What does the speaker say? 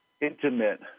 intimate